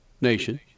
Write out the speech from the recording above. Nation